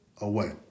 away